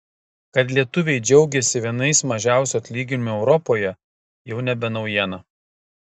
kad lietuviai džiaugiasi vienais mažiausių atlyginimų europoje jau nebe naujiena